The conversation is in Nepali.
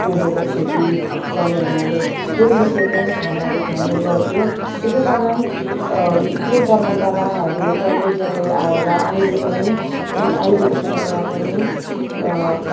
कोदोको खेती गर्ने हुनाले त्यही विषयको नै खानाहरू खाइने गर्थ्यो त्यसै कारण त्यो परम्पराहरू चल्दै चल्दै आएर अहिले पनि अहिलेको समयमा पनि